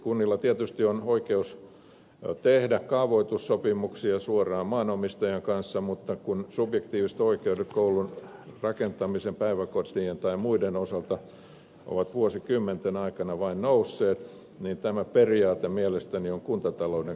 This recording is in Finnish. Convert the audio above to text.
kunnilla tietysti on oikeus tehdä kaavoitussopimuksia suoraan maanomistajan kanssa mutta kun subjektiiviset oikeudet koulurakentamisen päiväkotien tai muiden osalta ovat vuosikymmenten aikana vain nousseet niin tämä periaate mielestäni on kuntatalouden kannalta kestämätön